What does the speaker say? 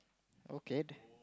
okay